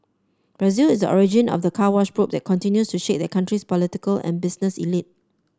Brazil is a origin of the Car Wash probe that continues to shake that country's political and business elite